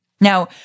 Now